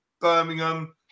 Birmingham